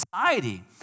society